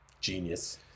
genius